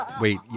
Wait